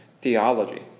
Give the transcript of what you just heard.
theology